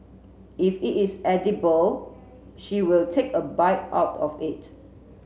if it is edible she will take a bite out of it